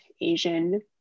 Asian